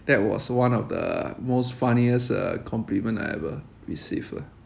that was one of the most funniest uh compliment I ever received lah